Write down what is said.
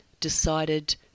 decided